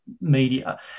media